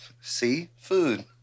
seafood